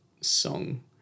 song